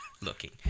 looking